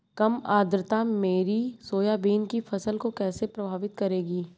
कम आर्द्रता मेरी सोयाबीन की फसल को कैसे प्रभावित करेगी?